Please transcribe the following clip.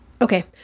Okay